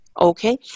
Okay